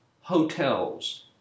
hotels